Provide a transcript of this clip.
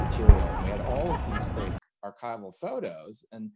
material. and we had all of these great archival photos and,